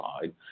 side